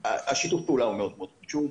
שיתוף הפעולה מאוד מאוד חשוב.